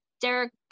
Derek